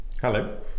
Hello